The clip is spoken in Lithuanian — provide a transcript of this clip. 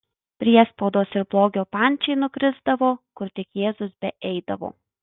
priespaudos ir blogio pančiai nukrisdavo kur tik jėzus beeidavo